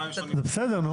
בסדר.